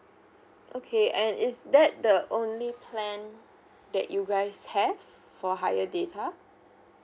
okay and is that the only plan that you guys have for higher data